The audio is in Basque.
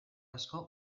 asko